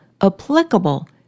applicable